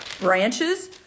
branches